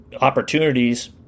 opportunities